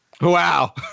Wow